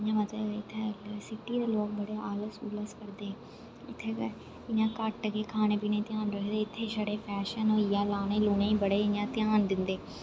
इ'यां मतलब इत्थे सिटी दे लोक बड़े आलस औलस करदे इत्थै ते इ'यां घट्ट गै खाने पीने दा ध्यान रखदे इत्थै छड़ा फैशन होई गेआ लाने लोने गी बड़ा इ'यां घ्यान दिंदे